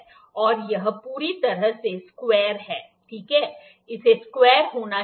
और यह पूरी तरह से स्क्वेयर है ठीक है इसे स्क्वेयर होना चाहिए